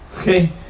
Okay